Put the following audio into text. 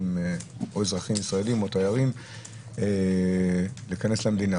לאזרחים ישראלים או תיירים להיכנס למדינה.